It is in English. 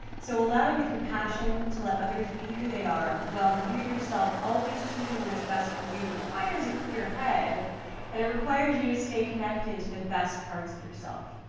so, allowing the compassion to let others be who they are while you yourself always choosing what is best for you requires a clear head and it requires you to stay connected to the best parts of yourself.